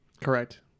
Correct